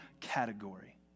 category